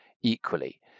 equally